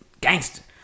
gangster